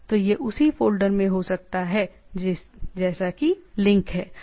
तो यह उसी फ़ोल्डर में हो सकता है जैसा कि लिंक है